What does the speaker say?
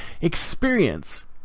experience